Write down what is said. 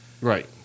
Right